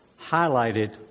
highlighted